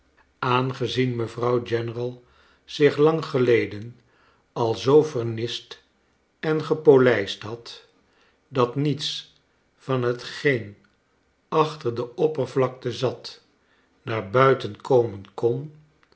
aangezien mevrouw general zich lang geleden al zoo vernist en gepolijst had dat niets van hetgeen achter de oppervlakte zat naar buiten komen kon